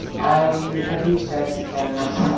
i have used taxi cabs.